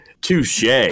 touche